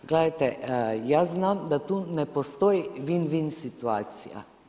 Gledajte, ja znam da tu ne postoji vin vin situacija.